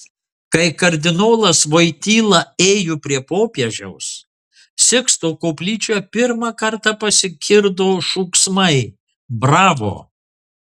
kai kardinolas voityla ėjo prie popiežiaus siksto koplyčioje pirmą kartą pasigirdo šūksmai bravo